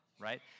Right